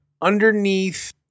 underneath